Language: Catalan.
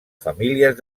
famílies